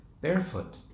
barefoot